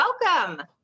Welcome